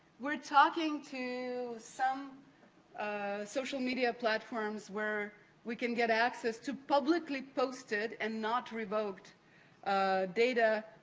we're talking to some ah social media platforms where we can get access to publicly posted, and not revoked data,